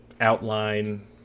outline